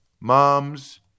Moms